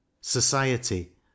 society